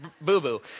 boo-boo